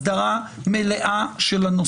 חבר כנסת אני יכול לקרוא לסדר שלוש פעמים,